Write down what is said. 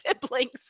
siblings